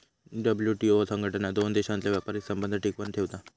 WTO संघटना दोन देशांतले व्यापारी संबंध टिकवन ठेवता